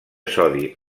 sodi